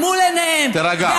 זה מה שאתם עושים, תודה, חבר הכנסת.